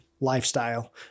lifestyle